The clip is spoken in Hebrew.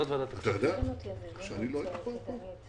אתה יודע שלא הייתי פה?